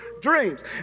dreams